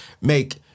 make